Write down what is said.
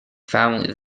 family